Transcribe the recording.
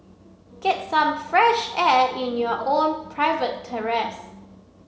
get some fresh air in your own private terrace